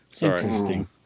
Interesting